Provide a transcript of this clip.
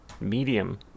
medium